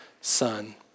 son